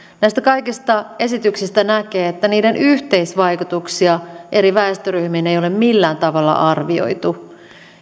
näistä kaikista esityksistä näkee että niiden yhteisvaikutuksia eri väestöryhmiin ei ole millään tavalla arvioitu